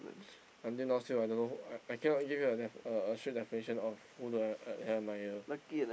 until now still I don't know I I cannot give you a def~ a a true definition of who do I I admire